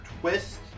twist